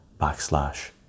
backslash